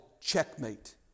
Checkmate